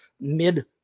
mid